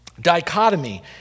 dichotomy